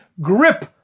grip